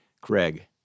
Craig